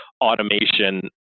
automation